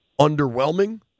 underwhelming